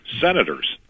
Senators